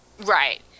Right